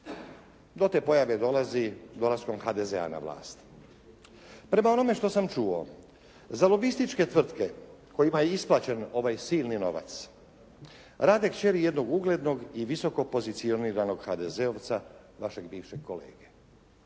Do te pojave dolazi dolaskom HDZ-a na vlast. Prema onome što sam čuo za lobističke tvrtke kojima je isplaćen ovaj silni novac rade kćeri jednog uglednog i visoko pozicioniranog HDZ-ovca vašeg bivšeg kolege.